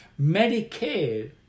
Medicare